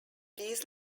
these